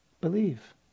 Believe